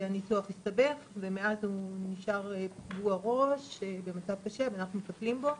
והניתוח הסתבך ומאז הוא נשאר פגוע ראש במצב קשה ואנחנו מטפלים בו.